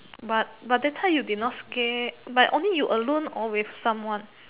but but that time you be not scared but only you alone or with someone